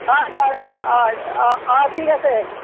অঁ অঁ অঁ অঁ অঁ ঠিক আছে